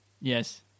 Yes